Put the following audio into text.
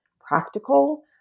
practical